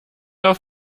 auf